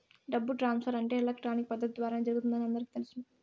డబ్బు ట్రాన్స్ఫర్ అంటే ఎలక్ట్రానిక్ పద్దతి ద్వారానే జరుగుతుందని అందరికీ తెలుసును